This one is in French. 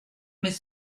mais